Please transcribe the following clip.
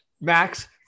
Max